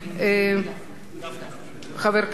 חבר הכנסת משה גפני.